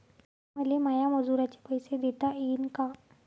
मले माया मजुराचे पैसे देता येईन का?